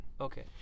Okay